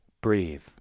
Breathe